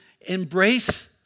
embrace